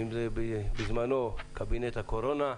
בזמנו זה היה קבינט הקורונה,